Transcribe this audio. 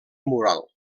mural